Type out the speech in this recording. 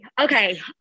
Okay